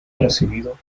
recibido